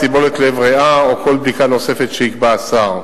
סבולת לב-ריאה או כל בדיקה נוספת שיקבע השר.